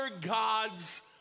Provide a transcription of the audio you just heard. God's